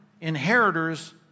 inheritors